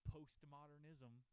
Postmodernism